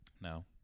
no